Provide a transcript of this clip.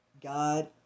God